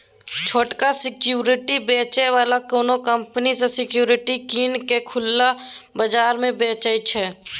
छोटका सिक्युरिटी बेचै बला कोनो कंपनी सँ सिक्युरिटी कीन केँ खुलल बजार मे बेचय छै